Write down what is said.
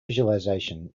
visualization